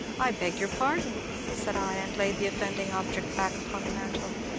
i beg your pardon! said i, and laid the offending object back upon the mantel.